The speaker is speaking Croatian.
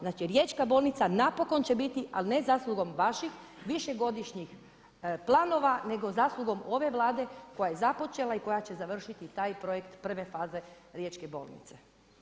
Znači riječka bolnica napokon će biti, ali ne zaslugom vaših višegodišnjih planova nego zaslugom ove Vlade koja je započela i koja će završiti taj projekt 1. faze riječke bolnice.